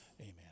Amen